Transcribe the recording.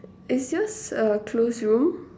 is yours a closed room